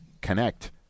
connect